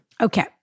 Okay